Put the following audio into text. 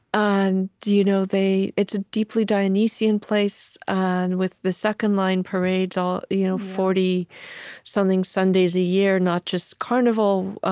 and you know it's a deeply dionysian place, and with the second line parades all you know forty something sundays a year, not just carnival,